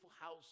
house